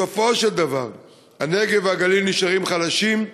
בסופו של דבר הנגב והגליל נשארים חלשים,